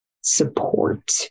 support